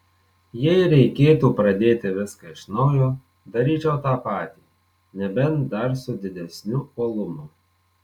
jei reikėtų pradėti viską iš naujo daryčiau tą patį nebent dar su didesniu uolumu